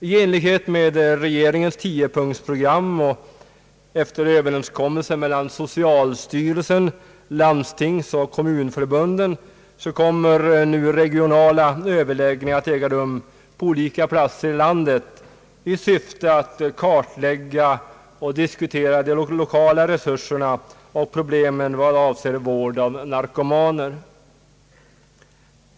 I enlighet med regeringens tiopunktsprogram och efter överenskommelse mellan socialstyrelsen, landstingsoch kommunförbunden kommer nu regionala överläggningar att äga rum på olika platser i landet i syfte att kartlägga och diskutera de lokala resurserna och problemen vad avser vård av narkomaner.